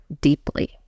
deeply